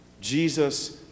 Jesus